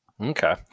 Okay